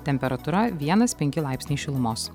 temperatūra vienas penki laipsniai šilumos